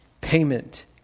payment